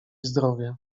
zdrowie